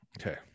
Okay